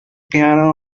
piano